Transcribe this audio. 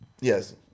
Yes